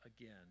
again